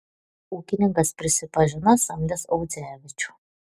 ūkininkas prisipažino samdęs audzevičių